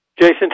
Jason